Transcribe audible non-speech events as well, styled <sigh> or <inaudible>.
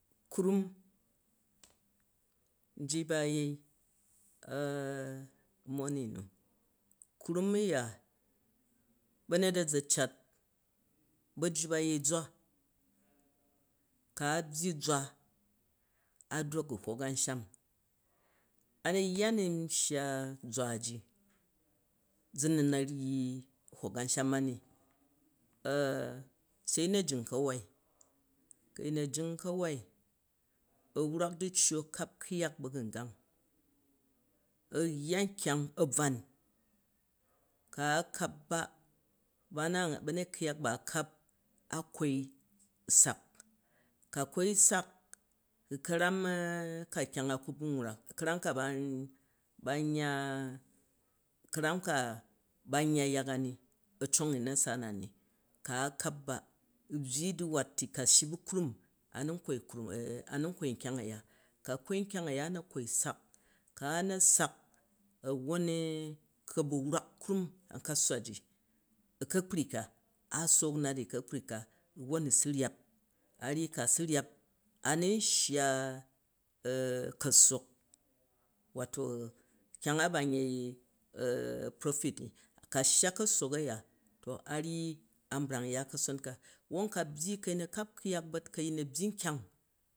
Krum nji ba nyei <hesitation> money na krum iya ba̱nyet a̱ za cat ba̱jju a̱ yei ziva, ka a̱ byyi zwa a drok u̱ hok a̱nsham. A nu yya ni n shya zwa ji za na̱ ryyi hok a̱nsham ni <hesitation> sei a̱yin a̱ jing ka̱wai, a ku a̱yin a̱ jing ka̱ wai a̱ wrak du̱ccu a̱ kap ku̱yak ba̱gangang, a yya nkyang a̱bvwan. Ku̱ a kap ba ba na, ba̱nyet ku̱yak ba a̱ kap, a kwoi sak, ka kwoi sak ka̱ka̱ram <hesitation> ka kyang a ku ba n wrak, ‘ka̱ram ka ba nyya nyya yak a ni a̱ cong i u̱ na̱sa na ni, ka a kap ba u̱ byyi du̱wat ti ka shyi bu̱ kurum a nu n kwai nkyang aya, ka kwai nkyang a̱ ya a na̱ kwoi sak, ku ana̱ sak wwon ku a̱ bu̱ wrak krum an kasuwaji, u ka̱kpri ka a sook nat i u̱ ka̱kpri ka, wwon u̱ su ryap, ka su ryap, a̱ nun shya ka̱ssok, wato kyang a ba n yei <hesitation> profit ni, ka shya ka̱ssok a̱ya a ryyi an brang ya ka̱son kawwon ka̱ byyi ka a̱yin a̱ kap bat ka ayin a byyi nkyang.